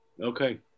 Okay